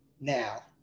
now